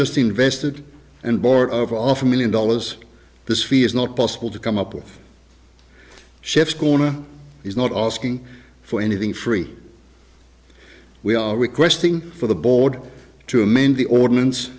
just invested and board of off a million dollars this fee is not possible to come up with shift corner he's not all skiing for anything free we are requesting for the board to amend the ordinance